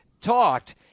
talked